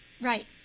Right